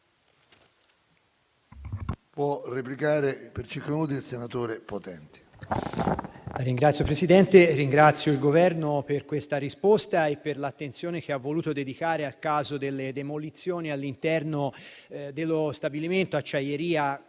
del Governo per questa risposta e per l'attenzione che ha voluto dedicare al caso delle demolizioni all'interno dello stabilimento-acciaieria